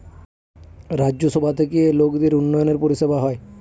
রাজ্য সভা থেকে লোকদের উন্নয়নের পরিষেবা হয়